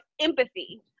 empathy